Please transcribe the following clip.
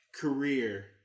career